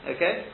Okay